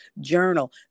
journal